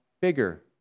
bigger